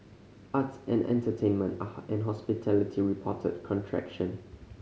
arts and entertainment and hospitality reported contraction